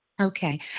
Okay